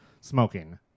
smoking